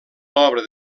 l’obra